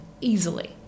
easily